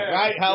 right